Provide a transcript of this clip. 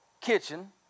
kitchen